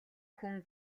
хүн